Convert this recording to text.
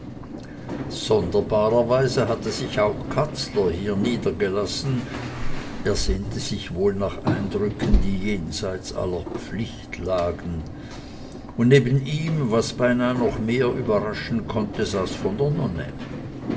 sonderbarerweise hatte sich auch katzler hier niedergelassen er sehnte sich wohl nach eindrücken die jenseits aller pflicht lagen und neben ihm was beinahe noch mehr überraschen konnte saß von der nonne